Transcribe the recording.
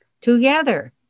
Together